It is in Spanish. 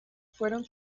fueron